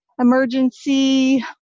emergency